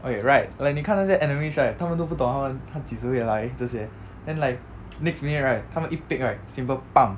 okay right like 你看那些 enemies right 他们都不懂他们他几时会来这些 then like next minute right 他们一 pick right simple bam